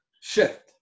shift